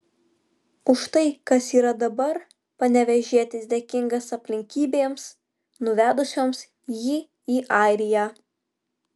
už tai kas yra dabar panevėžietis dėkingas aplinkybėms nuvedusioms jį į airiją